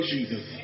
Jesus